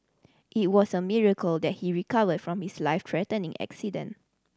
it was a miracle that he recovered from his life threatening accident